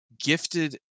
gifted